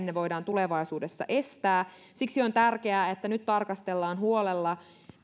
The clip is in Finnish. ne voidaan tulevaisuudessa estää siksi on tärkeää että nyt tarkastellaan huolella